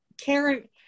Karen